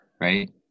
right